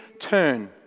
turn